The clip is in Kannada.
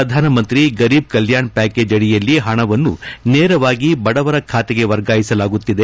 ಪ್ರಧಾನಮಂತ್ರಿ ಗರೀಬ್ ಕಲ್ಕಾಣ ಪ್ಕಾಕೇಜ್ ಅಡಿಯಲ್ಲಿ ಹಣವನ್ನು ನೇರವಾಗಿ ಬಡವರ ಬಾತೆಗೆ ವರ್ಗಾಯಿಸಲಾಗುತ್ತಿದೆ